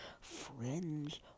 friends